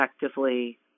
effectively